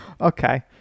Okay